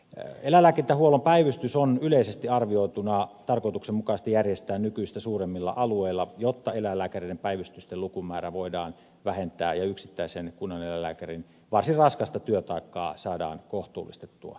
eläinlääkintähuollon päivystys on yleisesti arvioituna tarkoituksenmukaista järjestää nykyistä suuremmilla alueilla jotta eläinlääkäreiden päivystysten lukumäärää voidaan vähentää ja yksittäisen kunnaneläinlääkärin varsin raskasta työtaakkaa saadaan kohtuullistettua